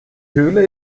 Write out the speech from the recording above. höhle